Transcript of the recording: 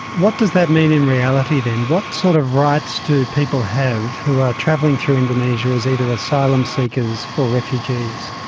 what does that mean in reality then? what sort of rights do people have who are travelling through indonesia as either asylum seekers or refugees?